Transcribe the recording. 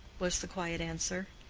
was the quiet answer.